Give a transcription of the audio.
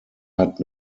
hat